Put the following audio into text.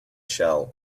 shell